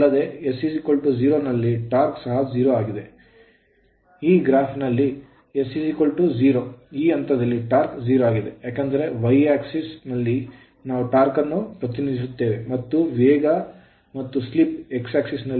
ಇಲ್ಲಿ ಗ್ರಾಫ್ ನಲ್ಲಿ s 0 ಈ ಹಂತದಲ್ಲಿ torque ಟಾರ್ಕ್ 0 ಆಗಿದೆ ಏಕೆಂದರೆ y axis ವೈ ಆಕ್ಸಿಸ್ ನಲ್ಲಿ ನಾವು ಟಾರ್ಕ್ ಅನ್ನು ಪ್ರತಿನಿಧಿಸುತ್ತೇವೆ ಮತ್ತು ವೇಗ ಮತ್ತು slip ಎಕ್ಸ್ ಆಕ್ಸಿಸ್ ನಲ್ಲಿ